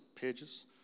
pages